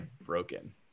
broken